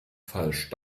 falsch